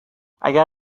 اگر